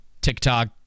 TikTok